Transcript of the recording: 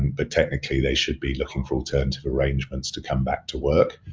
but, technically, they should be looking for alternative arrangements to come back to work.